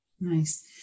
Nice